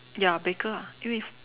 ya bigger ah anyway it's